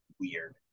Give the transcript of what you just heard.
weird